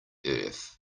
earth